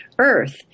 earth